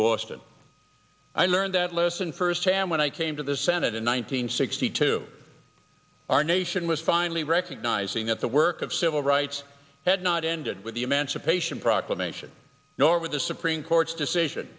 boston i learned that lesson first hand when i came to the senate in one nine hundred sixty two our nation was finally recognizing that the work of civil rights had not ended with the emancipation proclamation nor with this of ring court's decision